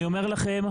אני אומר לכם,